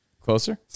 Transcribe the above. Closer